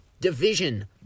division